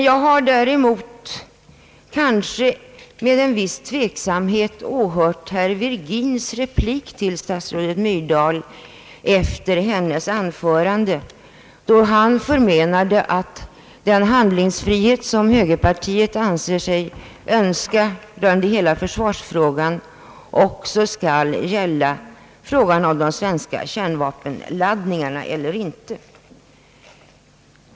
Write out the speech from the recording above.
Jag har däremot med en viss tveksamhet åhört herr Virgins replik till statsrådet Myrdal efter hennes anförande. Han förmenade att den handlingsfrihet som högerpartiet säger sig önska i hela försvarsfrågan också skall gälla frågan om svenska kärnvapenladdningar eller inte.